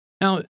Now